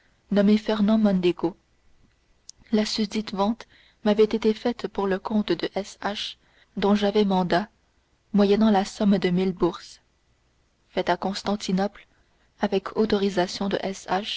nommé fernand mondego la susdite vente m'avait été faite pour le compte de s h dont j'avais mandat moyennant la somme de mille bourses fait à constantinople avec autorisation de